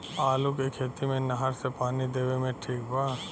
आलू के खेती मे नहर से पानी देवे मे ठीक बा?